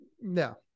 No